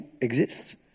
exists